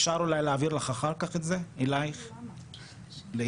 בשיתוף הגורמים המקצועיים ברשויות המקומיות כדי להסתכל